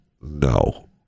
no